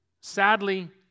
Sadly